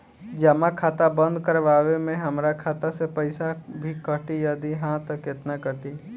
जमा खाता बंद करवावे मे हमरा खाता से पईसा भी कटी यदि हा त केतना कटी?